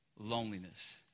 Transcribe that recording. Loneliness